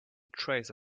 trace